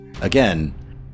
Again